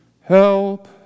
Help